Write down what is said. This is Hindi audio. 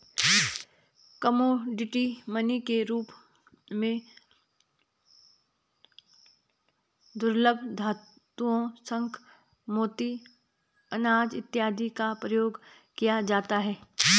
कमोडिटी मनी के रूप में दुर्लभ धातुओं शंख मोती अनाज इत्यादि का उपयोग किया जाता है